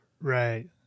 Right